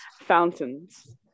Fountains